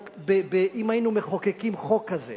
שאם היינו מחוקקים חוק כזה